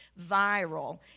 viral